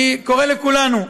אני קורא לכולנו,